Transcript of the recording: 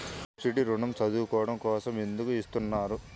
Subsidy ఋణం చదువుకోవడం కోసం ఎందుకు ఇస్తున్నారు?